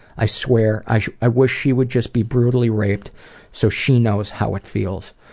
i swear i i wish she would just be brutally raped so she knows how it feels.